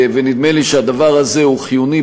ונדמה לי שהדבר הזה הוא חיוני,